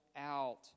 out